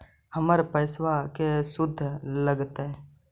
हमर पैसाबा के शुद्ध लगतै?